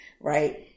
right